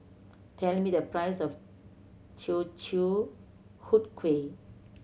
tell me the price of Teochew Huat Kuih